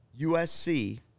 USC